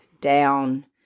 down